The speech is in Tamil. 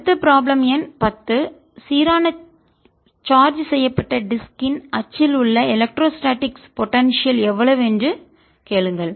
அடுத்த ப்ராப்ளம் எண் 10 சீரான சார்ஜ் செய்யப்பட்ட டிஸ்க் இன் வட்டின் அச்சில் உள்ள எலக்ட்ரோஸ்டாடிக்ஸ் போடன்சியல் மின்னியல் திறனைக் எவ்வளவு என்று கேளுங்கள்